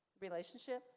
relationship